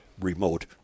remote